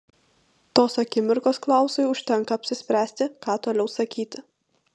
tos akimirkos klausui užtenka apsispręsti ką toliau sakyti